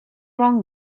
bon